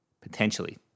potentially